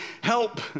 help